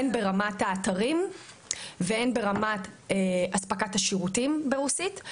הן ברמת האתרים והן ברמת אספקת השירותים ברוסית.